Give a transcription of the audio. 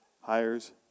hires